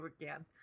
again